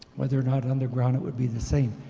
whether or not underground it would be the same.